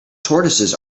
tortoises